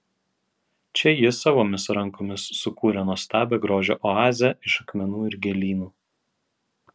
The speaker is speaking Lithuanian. čia ji savomis rankomis sukūrė nuostabią grožio oazę iš akmenų ir gėlynų